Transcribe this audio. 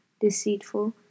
deceitful